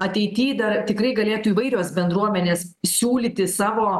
ateity dar tikrai galėtų įvairios bendruomenės siūlyti savo